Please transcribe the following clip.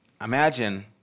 Imagine